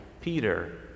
Peter